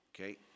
Okay